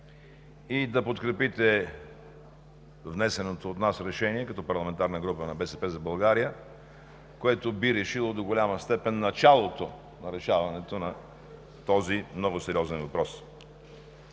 и да подкрепите внесеното от нас – парламентарната група на „БСП за България“, решение, което би решило до голяма степен началото на решаването на този много сериозен въпрос.